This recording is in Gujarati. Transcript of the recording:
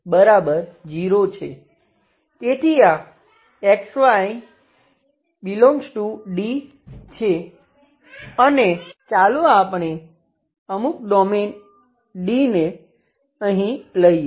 તેથી આ xyD છે અને ચાલો આપણે અમુક ડોમેઈન Dને અહીં લઈએ